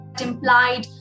implied